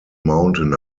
mountain